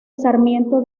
sarmiento